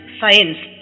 science